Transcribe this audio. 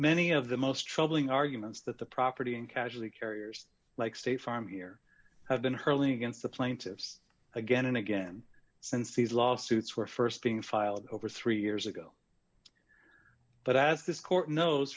many of the most troubling arguments that the property and casualty carriers like state farm here have been hurling against the plaintiffs again and again since these lawsuits were st being filed over three years ago but as this court knows